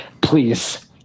Please